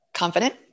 Confident